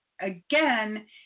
again